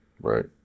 right